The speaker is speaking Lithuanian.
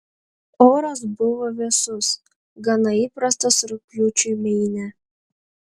oras buvo vėsus gana įprastas rugpjūčiui meine